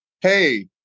Hey